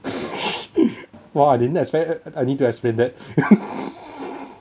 !wah! I didn't expect I need to explain that